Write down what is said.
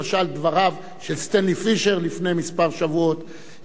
למשל דבריו של סטנלי פישר לפני כמה שבועות,